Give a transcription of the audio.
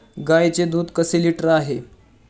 गाईचे दूध कसे लिटर आहे?